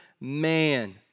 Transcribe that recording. man